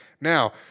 Now